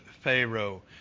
Pharaoh